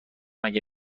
اگه